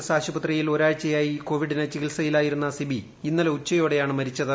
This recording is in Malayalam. എസ് ആശുപത്രിയിൽ ഒരാഴ്ചയോളമായി കോവിഡിന് ചികിൽസയിലായിരുന്ന സിബി ഇന്നലെ ഉച്ചുയോടെയാണ് മരിച്ചത്